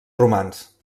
romans